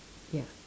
ya